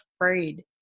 afraid